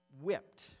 whipped